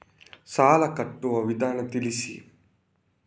ಸಾಲ ಕಟ್ಟುವ ವಿಧಾನ ತಿಳಿಸಿ?